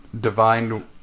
divine